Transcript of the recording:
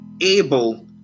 able